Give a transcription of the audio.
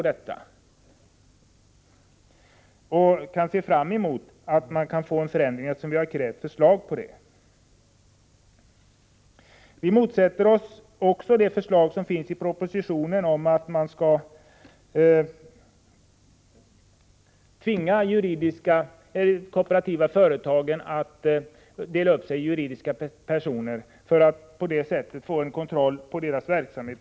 Vi kan se fram emot en förändring, och vi vill ha ett förslag om detta. Vi motsätter oss också de förslag som finns i propositionen om att man skall tvinga de kooperativa företagen att dela upp sig i juridiska personer för att man på det sättet skall få en kontroll av deras verksamhet.